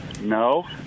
No